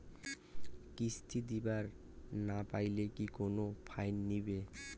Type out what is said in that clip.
কিস্তি দিবার না পাইলে কি কোনো ফাইন নিবে?